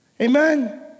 Amen